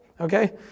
Okay